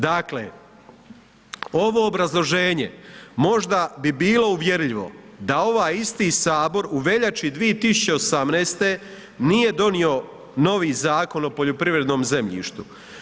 Dakle, ovo obrazloženje možda bi bilo uvjerljivo da ovaj isti sabor u veljači 2018. nije donio novi Zakon o poljoprivrednom zemljištu.